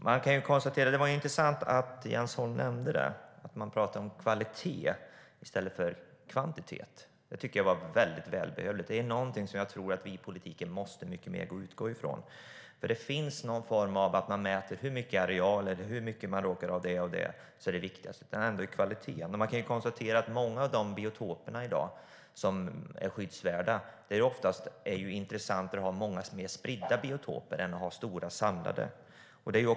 Herr talman! Det var intressant att Jens Holm nämnde att man pratar om kvalitet i stället för kvantitet. Det tycker jag är välbehövligt och något som jag tror att vi i politiken måste utgå ifrån mycket mer. Man mäter hur mycket arealer man har och hur mycket man råkar ha av det och det, och så blir det viktigare än kvaliteten. När det gäller många av de skyddsvärda biotoperna i dag kan man konstatera att det är intressantare att ha många och mer spridda biotoper än att ha stora samlade.